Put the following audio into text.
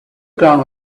ground